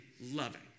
loving